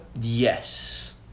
Yes